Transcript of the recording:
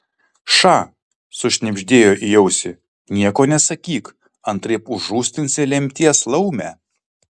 ša sušnibždėjo į ausį nieko nesakyk antraip užrūstinsi lemties laumę